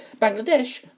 Bangladesh